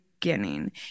beginning